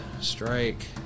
strike